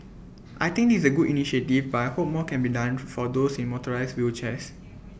I think is A good initiative but I hope more can be done for for those in motorised wheelchairs